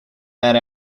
that